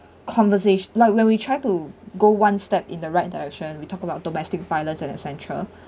conversa~ like when we try to go one step in the right direction we talk about domestic violence and etcetera